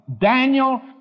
Daniel